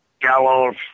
Gallows